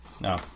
No